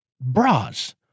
bras